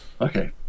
Okay